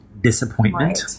disappointment